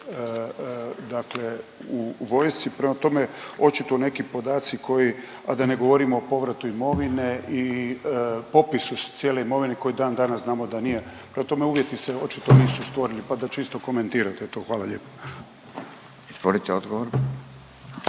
u vojsci. Prema tome, očito neki podaci koji a da ne govorimo o povratu imovine i popisu cijele imovine koji dan danas znamo da nije. Prema tome, uvjeti se očito nisu stvorili, pa da čisto komentirate to. Hvala lijepo. **Radin, Furio